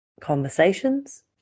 conversations